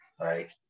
right